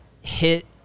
hit